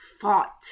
Fought